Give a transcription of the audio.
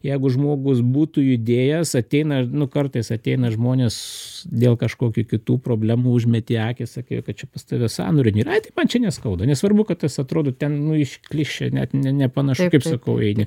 jeigu žmogus būtų judėjęs ateina ar kartais ateina žmonės dėl kažkokių kitų problemų užmetei akį sakei kad čia pas tave sąnario nėra ai tai man čia neskauda nesvarbu kad tas atrodo ten iš klišė net ne nepanašu kaip sakau eini